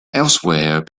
elsewhere